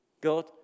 God